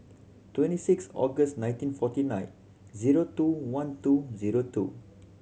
twenty six August nineteen forty nine zero two one two zero two